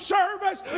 service